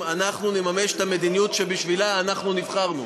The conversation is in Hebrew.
אנחנו נממש את המדיניות שבשבילה אנחנו נבחרנו.